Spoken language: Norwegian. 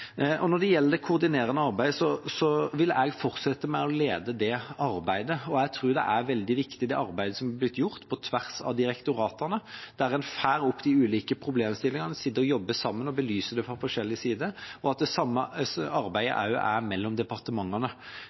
Når det gjelder det koordinerende arbeidet, vil jeg fortsette med å lede det. Jeg tror det arbeidet som har blitt gjort på tvers av direktoratene, er veldig viktig, der en får en opp de ulike problemstillingene, sitter og jobber sammen og belyser det fra forskjellige sider, og at det samme arbeidet også er mellom departementene.